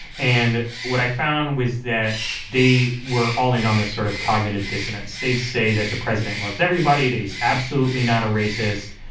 and what i found was that they were all-in on this sort of cognitive dissonance. they'd say that the president loves everybody, that he's absolutely not a racist,